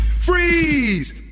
Freeze